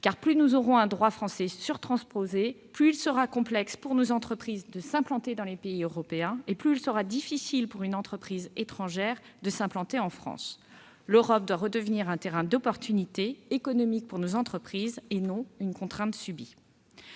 Plus nous aurons un droit français surtransposé, plus il sera complexe pour nos entreprises de s'implanter dans les pays européens et plus il sera difficile pour une entreprise étrangère de s'implanter en France. L'Europe doit redevenir un terrain d'opportunités économiques pour nos entreprises, et non une contrainte subie.